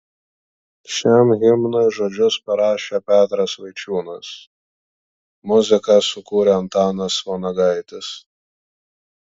šiam himnui žodžius parašė petras vaičiūnas muziką sukūrė antanas vanagaitis